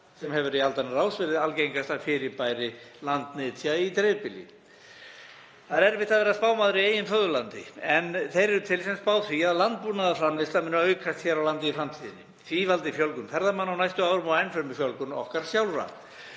sem hefur í aldanna rás verið algengasta fyrirbæri landnytja í dreifbýli. Það er erfitt að vera spámaður í eigin föðurlandi. En þeir eru til sem spá því að landbúnaðarframleiðsla muni aukast hér á landi í framtíðinni. Því valdi fjölgun ferðamanna á næstu árum og enn fremur fjölgun landsmanna